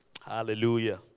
Hallelujah